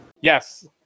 Yes